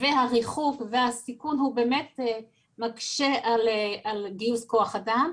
והריחוק והסיכון הוא באמת מקשה על גיוס כוח אדם.